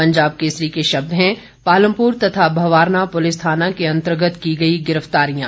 पंजाब केसरी के शब्द हैं पालमपुर तथा भवारना पुलिस थाना के अंतर्गत की गई गिरफ्तारियां